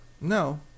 no